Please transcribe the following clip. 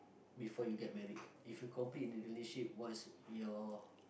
before you get married if you complete the relationship what is your